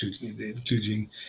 including